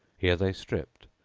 here they stripped,